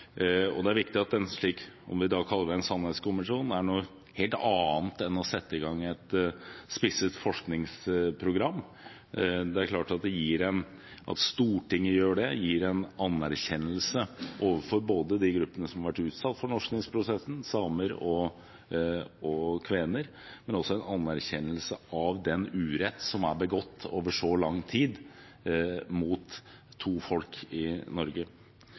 kommisjon. Det er viktig at å nedsette en slik sannhetskommisjon – om vi da kaller det det – er noe helt annet enn å sette i gang et spisset forskningsprogram. Det at Stortinget gjør det, gir en anerkjennelse til de gruppene som har vært utsatt for fornorskingsprosessen, samer og kvener, men også en anerkjennelse av den uretten som er begått over så lang tid mot to folk i Norge.